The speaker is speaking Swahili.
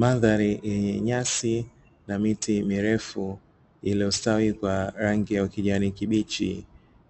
Mandhari yenye nyasi na miti mirefu iliyostawi kwa rangi ya ukijani kibichi